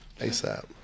ASAP